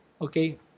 Okay